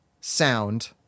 sound